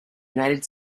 united